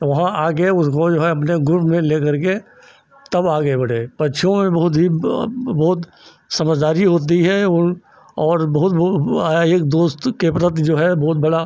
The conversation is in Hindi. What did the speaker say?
तो वहाँ आकर उसको जो है अपने ग्रुप में ले करके तब आगे बढे पक्षियों में बहुत ही बहुत समझदारी होती है और बहुत एक दोस्त के प्रति जो है बहुत बड़ा समर्पण होता है यह देखते हैं कि हमारा साथी कही कहाँ है कहीं नहीं है और क्या उसको तकलीफ है इसी का इसी बात की जानकारी भी उन लोगों को होती है एक